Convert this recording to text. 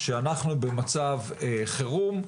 שאנו במצב חירום,